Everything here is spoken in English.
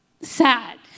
sad